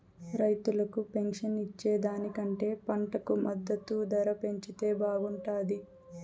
రైతులకు పెన్షన్ ఇచ్చే దానికంటే పంటకు మద్దతు ధర పెంచితే బాగుంటాది